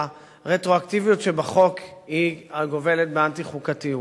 שהרטרואקטיביות שבחוק גובלת באנטי-חוקתיות.